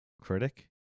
critic